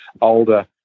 older